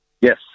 Yes